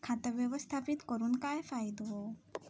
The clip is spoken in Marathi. खाता व्यवस्थापित करून काय फायदो?